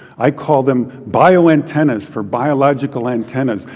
i call them bio-antennas, for biological antennas.